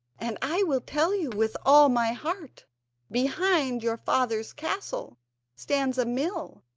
and i will tell you with all my heart behind your father's castle stands a mill,